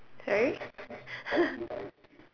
sorry